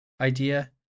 idea